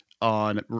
On